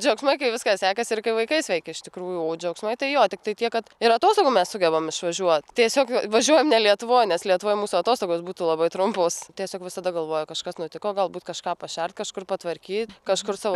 džiaugsmai kai viskas sekasi ir kai vaikai sveiki iš tikrųjų o džiaugsmai tai jo tiktai tiek kad ir atostogų mes sugebam išvažiuot tiesiog važiuojam ne lietuvoj nes lietuvoj mūsų atostogos būtų labai trumpos tiesiog visada galvoji kažkas nutiko galbūt kažką pašert kažkur potvarkyt kažkur sau